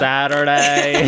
Saturday